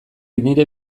nire